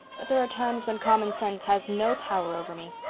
but there are times when common sense has no power over me.